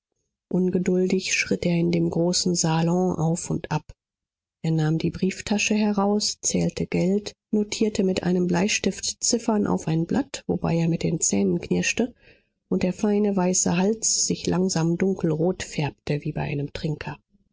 ungeduldig schritt er in dem großen salon auf und ab er nahm die brieftasche heraus zählte geld notierte mit dem bleistift ziffern auf ein blatt wobei er mit den zähnen knirschte und der feine weiße hals sich langsam dunkelrot färbte wie bei einem trinker